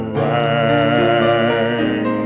rang